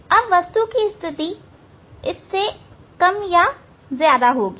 अब वस्तु की स्थिति इस से कम या ज्यादा होगी